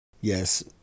Yes